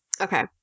Okay